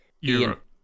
Europe